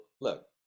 look